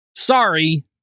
Sorry